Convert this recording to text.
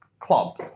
Club